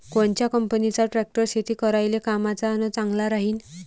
कोनच्या कंपनीचा ट्रॅक्टर शेती करायले कामाचे अन चांगला राहीनं?